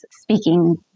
speaking